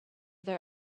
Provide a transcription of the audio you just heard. their